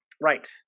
Right